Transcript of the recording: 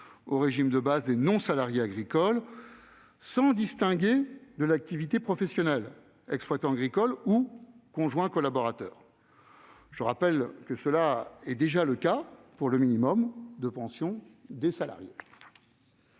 un minimum de pension unifié, sans distinction de l'activité professionnelle- exploitant agricole ou conjoint collaborateur. Je rappelle que tel est déjà le cas pour le minimum de pension des salariés.